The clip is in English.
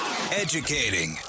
Educating